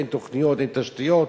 אין תוכניות, אין תשתיות.